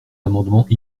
amendements